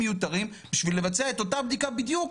כלומר קיצור הבידוד יתבצע באמצעות אחת משתי הבדיקות,